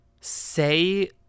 say